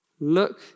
look